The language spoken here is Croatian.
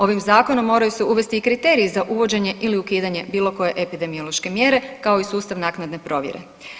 Ovim zakonom moraju se uvesti i kriteriji za uvođenje ili ukidanje bilo koje epidemiološke mjere, kao i sustav naknadne provjere.